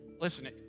Listen